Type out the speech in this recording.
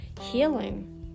Healing